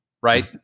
Right